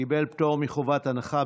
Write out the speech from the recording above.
קיבלה פטור מחובת הנחה,